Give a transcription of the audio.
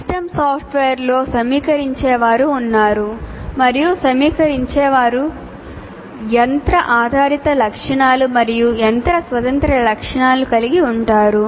system సాఫ్ట్వేర్లో సమీకరించేవారు ఉన్నారు మరియు సమీకరించేవారు యంత్ర ఆధారిత లక్షణాలు మరియు యంత్ర స్వతంత్ర లక్షణాలను కలిగి ఉంటారు